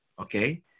okay